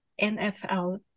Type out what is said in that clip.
NFL